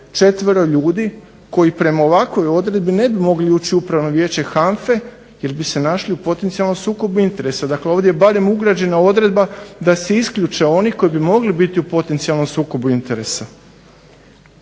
četvero ljudi koji prema ovakvoj odredbi ne bi mogli ući u Upravno vijeće HANFA-e jer bi se našli u potencijalnom sukobu interesa. Dakle, ovdje je barem ugrađena odredba da se isključe oni koji bi mogli biti u potencijalnom sukobu interesa.